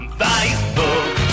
facebook